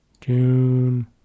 June